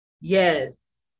Yes